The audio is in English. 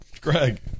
Greg